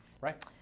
right